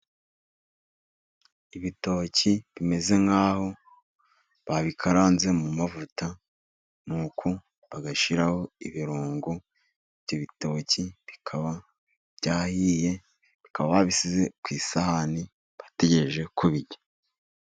Ibitoki bimeze nk'aho babikaranze mu mavuta, nuko bagashyiraho ibirungo, ibyo bitoki bikaba byahiye, bakaba babishyize ku isahani, bategereje kubirya.